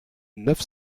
neuf